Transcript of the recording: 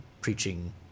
preaching